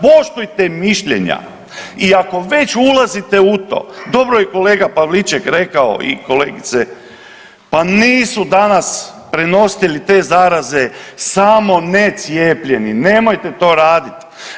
Poštujte mišljenja i ako već ulazite u to, dobro je kolega Pavliček rekao i kolegice, pa nisu danas prenositelji te zaraze samo necijepljeni, nemojte to raditi.